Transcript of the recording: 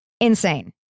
insane